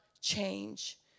change